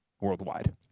Worldwide